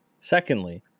secondly